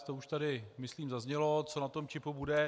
To už tady myslím zaznělo, co na čipu bude.